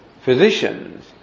physicians